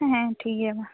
ᱦᱮᱸ ᱴᱷᱤᱠᱜᱮᱭᱟ ᱢᱟ